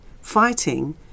fighting